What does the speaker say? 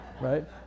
Right